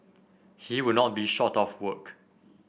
he would not be short of work